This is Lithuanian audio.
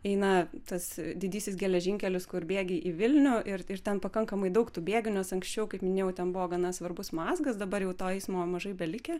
eina tas didysis geležinkelis kur bėgiai į vilniaų ir ten pakankamai daug tų bėgių nes anksčiau kaip minėjau ten buvo gana svarbus mazgas dabar jau to eismo mažai belikę